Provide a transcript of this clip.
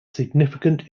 significant